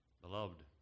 beloved